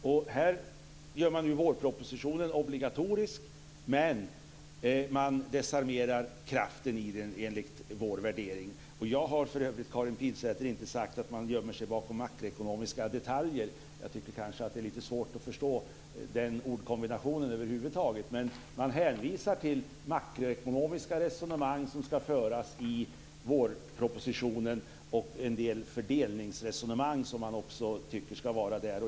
Nu gör man vårpropositionen obligatorisk men desarmerar kraften i den, enligt vår värdering. Jag har för övrigt inte sagt att man gömmer sig bakom makroekonomiska detaljer. Jag tycker att det är svårt att över huvud taget förstå den ordkombinationen. Man hänvisar till makroekonomiska resonemang som ska föras i vårpropositionen och en del fördelningsresonemang som man också tycker ska vara där.